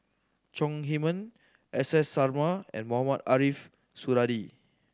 Chong Heman S S Sarma and Mohamed Ariff Suradi